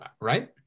right